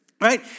right